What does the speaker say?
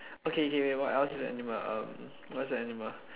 okay okay wait what else is a animal um what's a animal